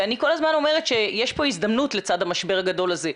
ואני כל הזמן אומרת שיש פה הזדמנות לצד המשבר הגדול הזה.